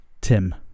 Tim